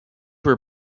were